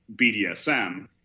BDSM